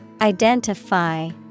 Identify